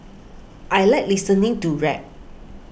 I like listening to rap